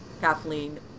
kathleen